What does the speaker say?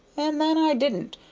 and then i didn't,